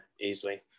easily